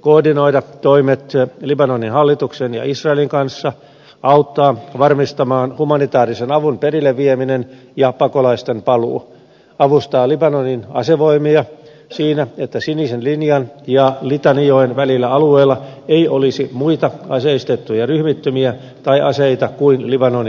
koordinoida toimet libanonin hallituksen ja israelin kanssa auttaa varmistamaan humanitaarisen avun perille vieminen ja pakolaisten paluu avustaa libanonin asevoimia siinä että sinisen linjan ja litanijoen välisellä alueella ei olisi muita aseistettuja ryhmittymiä tai aseita kuin libanonin asevoimat ja unifil